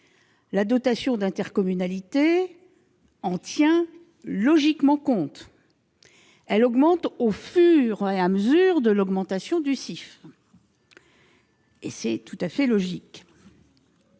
La dotation d'intercommunalité en tient logiquement compte : elle augmente au fur et à mesure de l'augmentation du CIF, ce qui est tout à fait logique.